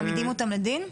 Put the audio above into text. מעמידים אותם לדין?